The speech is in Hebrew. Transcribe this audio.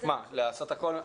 מה, לעשות הכול מחדש?